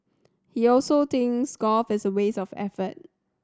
he also thinks golf is a waste of effort